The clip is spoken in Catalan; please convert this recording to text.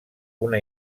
una